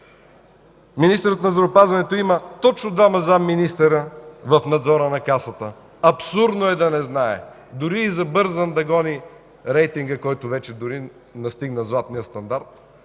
Министърът на здравеопазването има точно двама зам.-министри в Надзора на Касата. Абсурдно е да не знае, дори и забързан да гони рейтинга, който вече дори настигна златния стандарт.